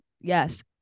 Yes